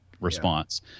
response